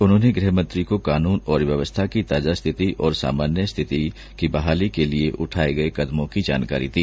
उन्होंने गृहमंत्री को कानून और व्यवस्था की ताजा स्थिति और सामान्य स्थिति की बहाली के लिए उठाये गये कदमों की जानकारी दी